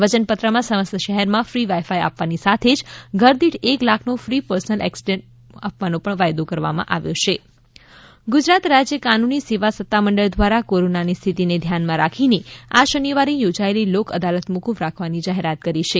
વચન પત્રમાં સમસ્ત શહેરમાં ફી વાઇફાઇ આપવાની સાથે જ ઘરદીઠ એક લાખનો ફી પર્સનલ એકસીડન્ટ વીમો આપવાનો પણ વાયદો આપવામાં આવ્યું છે લોક અદાલત ગુજરાત રાજ્ય કાનુની સેવા સત્તા મંડળ દ્વારા કોરોનાની સ્થિતિને ધ્યાનમાં રાખીને આ શનિવારે યોજએલી લોક અદાલત મોફફ રાખવાની જાહેરાત કરી છે